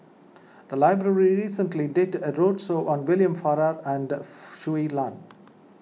the library recently did a roadshow on William Farquhar and Shui Lan